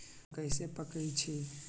आम कईसे पकईछी?